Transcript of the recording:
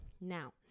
now